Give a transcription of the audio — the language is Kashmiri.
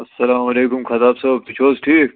السلام علیکُم ختاب صٲب تُہۍ چھُو حظ ٹھیٖک